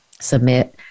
submit